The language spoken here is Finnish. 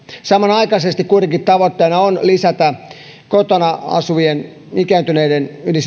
samanaikaisesti kuitenkin tavoitteena on lisätä kotona asuvien ikääntyneiden yli